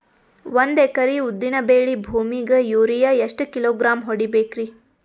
ಒಂದ್ ಎಕರಿ ಉದ್ದಿನ ಬೇಳಿ ಭೂಮಿಗ ಯೋರಿಯ ಎಷ್ಟ ಕಿಲೋಗ್ರಾಂ ಹೊಡೀಬೇಕ್ರಿ?